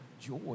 joy